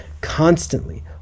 constantly